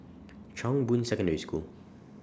Chong Boon Secondary School